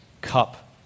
cup